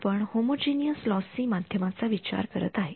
आपण homogeneous lossy माध्यमाचा विचार करत आहे